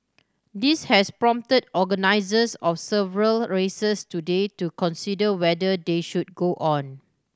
this has prompted organisers of several races today to consider whether they should go on